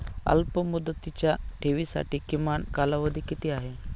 अल्पमुदतीच्या ठेवींसाठी किमान कालावधी किती आहे?